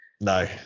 No